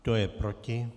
Kdo je proti?